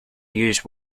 use